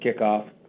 kickoff